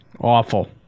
Awful